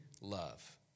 love